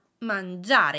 mangiare